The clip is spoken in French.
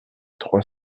trois